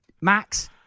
Max